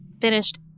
finished